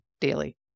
daily